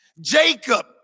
Jacob